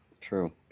True